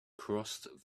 crossed